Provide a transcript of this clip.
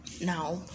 now